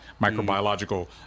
microbiological